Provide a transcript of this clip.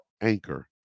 Anchor